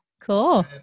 Cool